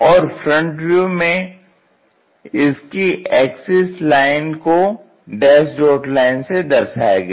और front view में इसकी एक्सिस लाइन को डैस डॉट लाइन से दर्शाया गया